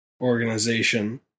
organization